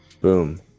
Boom